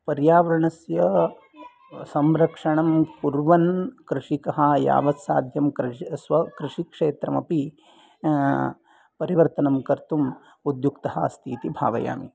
पर्यावरणस्य संरक्षणं कुर्वन् कृषिकः यावत् साध्यं स्वकृषिक्षेत्रमपि परिवर्तनं कर्तुं उद्युक्तः अस्ति इति भावयामि